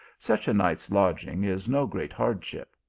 such a night s lodging is no great hardship.